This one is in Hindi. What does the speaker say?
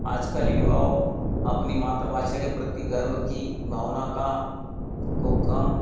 आजकल युवाओं अपनी मातृभाषा के प्रति गर्व की भावना का को कम